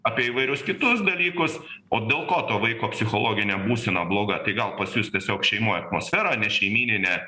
apie įvairius kitus dalykus o dėl ko to vaiko psichologinė būsena bloga tai gal pas jus tiesiog šeimoj atmosfera nešeimyninė